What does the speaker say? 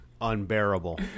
unbearable